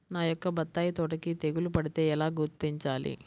నా యొక్క బత్తాయి తోటకి తెగులు పడితే ఎలా గుర్తించాలి?